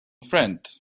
friend